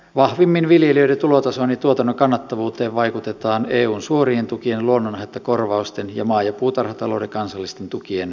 vahvimmin viljelijöiden tulotasoon ja tuotannon kannattavuuteen vaikutetaan eun suorien tukien luonnonhaittakorvausten ja maa ja puutarhatalouden kansallisten tukien avulla